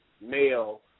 Male